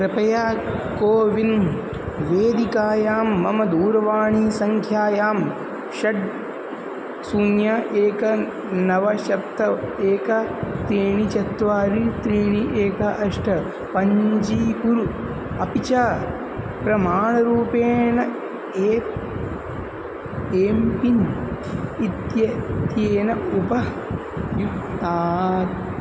कृपया कोविन् वेदिकायां मम दूरवाणीसङ्ख्यायां षट् शून्यम् एकं नव सप्त एकं त्रीणि चत्वारि त्रीणि एकम् अष्ट पञ्जीकुरु अपि च प्रमाणरूपेण एकम् एम् पिन् इत्येतत् उपयुङ्क्तात्